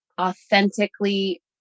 authentically